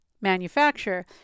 manufacture